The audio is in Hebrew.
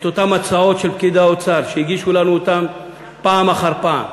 את אותן הצעות של פקידי האוצר שהגישו לנו פעם אחר פעם,